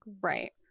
Right